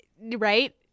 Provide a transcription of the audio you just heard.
Right